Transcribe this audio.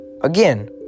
again